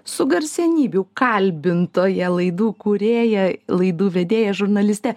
su garsenybių kalbintoja laidų kūrėja laidų vedėja žurnaliste